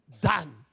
done